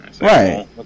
Right